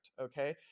okay